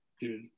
Dude